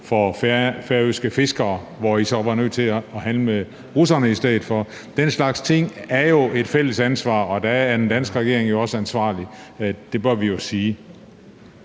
for færøske fiskere, hvor I så var nødt til at handle med russerne i stedet for. Den slags ting er jo et fælles ansvar, og der er den danske regering jo også ansvarlig, og det bør vi jo sige.